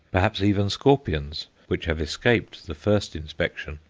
perhaps even scorpions, which have escaped the first inspection.